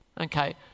okay